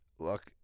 Look